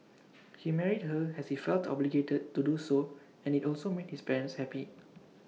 he married her as he felt obligated to do so and IT also made his parents happy